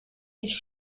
ich